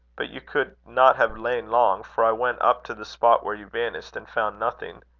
but you could not have lain long for i went up to the spot where you vanished, and found nothing.